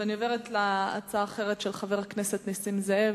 אני עוברת להצעה אחרת של חבר הכנסת נסים זאב.